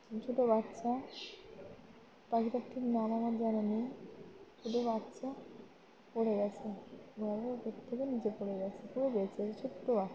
ছোটো বাচ্চা পাখিটা ঠিক নামানোর জায়গা নেই ছোটো বাচ্চা পড়ে গেছে ওর থেকে নিচে পড়ে গেছে তবু বেঁচে আছে ছোট্ট বাচ্চা